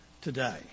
today